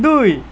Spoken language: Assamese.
দুই